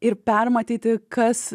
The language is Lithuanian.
ir permatyti kas